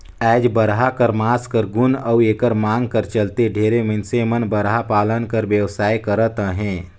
आएज बरहा कर मांस कर गुन अउ एकर मांग कर चलते ढेरे मइनसे मन बरहा पालन कर बेवसाय करत अहें